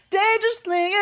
dangerously